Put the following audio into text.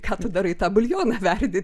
ką tu darai tą buljoną verdi